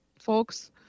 folks